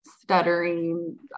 Stuttering